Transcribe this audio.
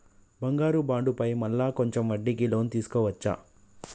బంగారు బాండు పైన మళ్ళా కొంచెం వడ్డీకి లోన్ తీసుకోవచ్చా?